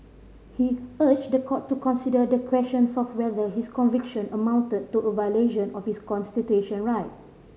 he urged the court to consider the questions of whether his conviction amounted to a violation of his constitution right